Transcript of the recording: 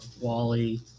Wally